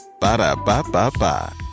Ba-da-ba-ba-ba